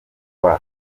rwa